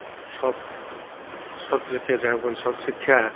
ସତ ସତଶିକ୍ଷା ଯାହାକୁ କୁହନ୍ତି ସତଶିକ୍ଷା